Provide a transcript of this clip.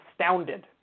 astounded